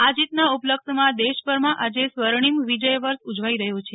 આ જીતના ઉપલક્ષમાં દેશભરમાં આજે સ્વર્ણિમ વિજય વર્ષ ઉજવાઈ રહ્યો છે